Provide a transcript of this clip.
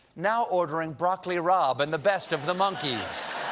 now ordering broccoli rabe and the best of the monkees